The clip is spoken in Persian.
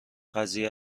قضیه